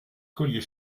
collier